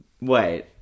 Wait